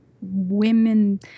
women